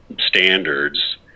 standards